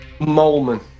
Molman